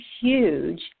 huge